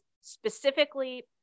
specifically